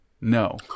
No